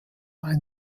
ein